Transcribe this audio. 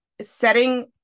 setting